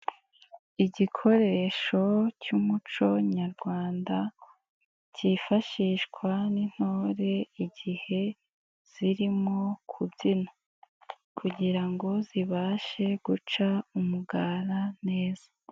Igikoresho cy'umuco nyarwanda kifashishwa n'intore igihe zirimo kubyina kugira ngo zibashe guca umugara neza.